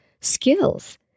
skills